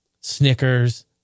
Snickers